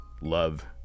Love